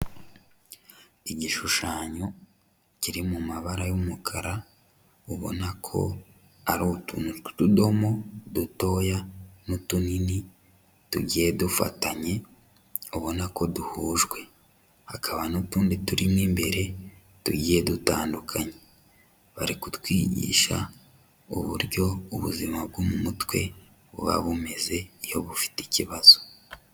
Igishushanyo kiri mu mabara y'umukara, ubona ko ari utuntu tw'utudomo dutoya n'utunini tugiye dufatanye, ubona ko duhujwe, hakaba n'utundi turimo imbere tugiye dutandukanye, bari kutwigisha uburyo ubuzima bwo mu mutwe buba bumeze iyo bufite ikibazo.